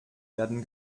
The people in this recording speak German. werden